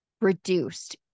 reduced